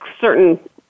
certain